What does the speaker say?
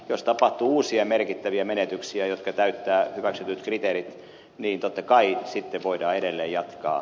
jos tapahtuu uusia merkittäviä menetyksiä jotka täyttävät hyväksytyt kriteerit niin totta kai sitten voidaan edelleen jatkaa